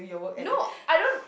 no I don't